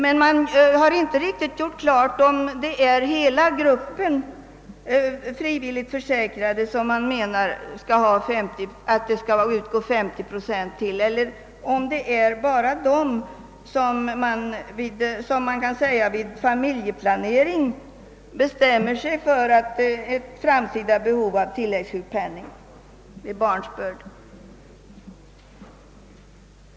Men man har inte riktigt gjort klart, om det är hela gruppen frivilligt försäkrade som skall ha 50 procent statsbidrag, eller om det bara är de som vid familjeplaneringen bestämmer sig för ett framtida behov av tillläggssjukpenning vid barnsbörd.